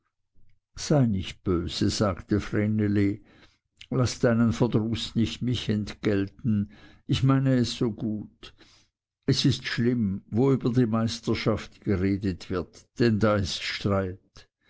sei nicht böse sagte vreneli laß deinen verdruß mich nicht entgelten ich meine es so gut es ist schlimm wo über die meisterschaft geredet wird denn da ist streit